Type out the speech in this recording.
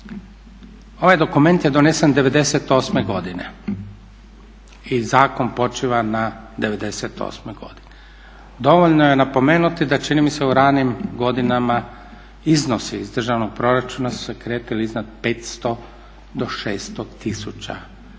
Ovaj dokument je donesen '98. godine i zakon počiva na '98. godini. Dovoljno je napomenuti da čini mi se u ranim godinama iznosi iz državnog proračuna su se kretali iznad 500 do 600 milijuna